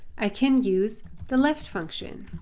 i can use the left function.